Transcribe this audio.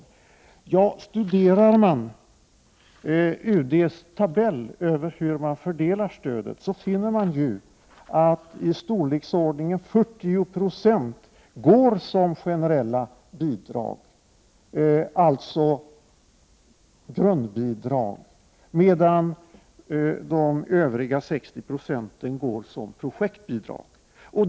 Om man studerar UD:s tabell över hur stödet fördelas, finner man att medel i storleksordningen 40 96 utgår som generella bidrag, alltså grundbidrag, medan övriga 60 96 utgår som projektbidrag.